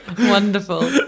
Wonderful